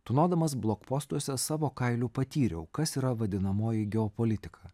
tūnodamas blokpostuose savo kailiu patyriau kas yra vadinamoji geopolitika